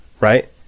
right